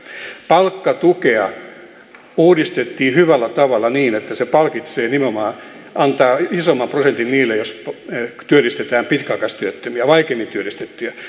palkkatukea uudistettiin hyvällä tavalla niin että se palkitsee nimenomaan antaa isomman prosentin niille jos työllistetään pitkäaikaistyöttömiä vaikeimmin työllistettäviä